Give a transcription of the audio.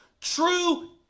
true